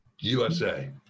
USA